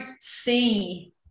see